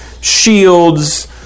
shields